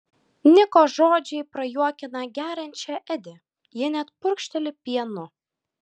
niko žodžiai prajuokina geriančią edi ji net purkšteli pienu